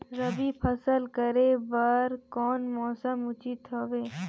रबी फसल करे बर कोन मौसम उचित हवे?